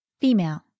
Female